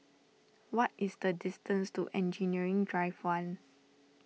what is the distance to Engineering Drive one